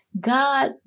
God